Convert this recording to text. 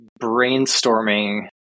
brainstorming